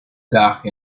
dark